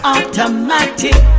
Automatic